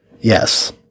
Yes